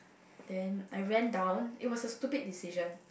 then I ran down it was a stupid decision